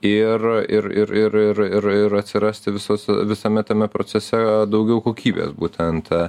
ir ir ir ir ir atsirasti visus visame tame procese daugiau kokybės būtent